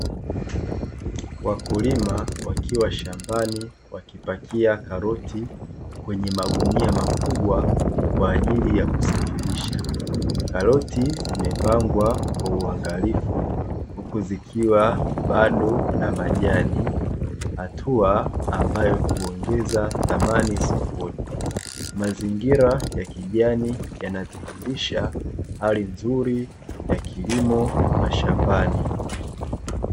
Wakulima wakiwa shambani wakipakia karoti kwenye magunia makubwa kwaajili ya kusafirisha mazingira yakijani yanadhihirisha hali nzuri ya mazao